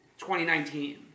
2019